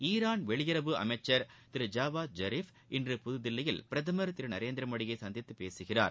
Iran வெளியுறவு அமைச்சர் Thiru Javad Zarif இன்று புதுதில்லியில் பிரதமர் திரு நரேந்திர மோடியை சந்தித்து பேசுகிறார்